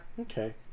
okay